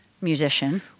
musician